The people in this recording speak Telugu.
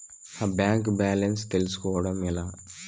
నా బ్యాంకు బ్యాలెన్స్ తెలుస్కోవడం ఎలా?